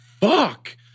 fuck